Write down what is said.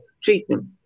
treatment